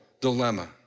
dilemma